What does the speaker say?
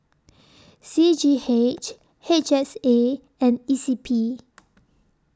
C G H H S A and E C P